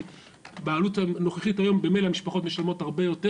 כי בעלות הנוכחית היום ממילא המשפחות משלמות הרבה יותר